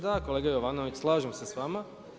Dakle, kolega Jovanović slažem se sa vama.